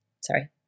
sorry